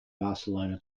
barcelona